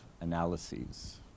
analyses